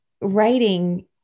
writing